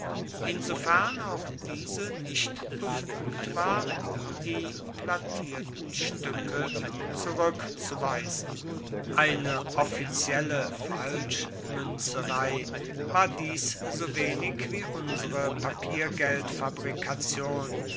insofern auch diese nicht befugt war die plattierten stücke zurückzuweisen eine offizielle falschmünzerei war dies so wenig wie unsere